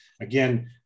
again